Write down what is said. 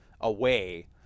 away